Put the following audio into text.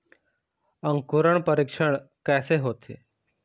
अंकुरण परीक्षण कैसे होथे?